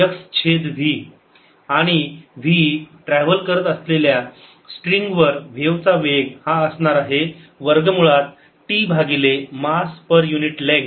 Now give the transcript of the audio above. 01sin 50t xv आणि v travel करत असलेल्या स्ट्रिंग वर व्हेव चा वेग हा असणार आहे वर्ग मुळात T भागिले मास पर युनिट लेंग्थ